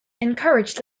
encourage